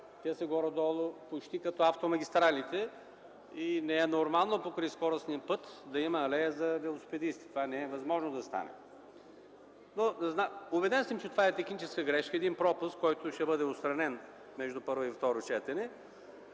те са почти като автомагистралите и не е нормално покрай скоростен път да има алея за велосипедисти. Това не е възможно да стане. Убеден съм, че това е техническа грешка – пропуск, който ще бъде отстранен между първо и второ четене.